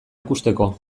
ikusteko